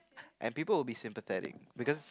and people will be sympathetic because